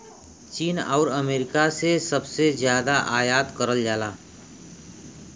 चीन आउर अमेरिका से सबसे जादा आयात करल जाला